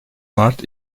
mart